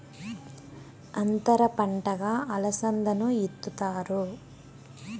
అంతర పంటగా అలసందను ఇత్తుతారు